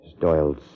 Doyle's